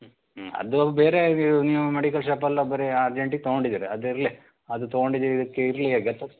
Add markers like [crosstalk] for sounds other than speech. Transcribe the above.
ಹ್ಞೂ ಹ್ಞೂ ಅದು ಬೇರೆ ಈವ್ ನೀವು ಮೆಡಿಕಲ್ ಶಾಪಲ್ಲೋ ಬರೀ ಅರ್ಜೆಂಟಿಗೆ ತೊಗೊಂಡಿದ್ದೀರ ಅದಿರಲಿ ಅದು ತೊಗೊಂಡಿದಿದ್ದಕ್ಕೆ ಇರಲಿ [unintelligible]